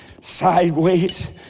sideways